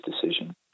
decision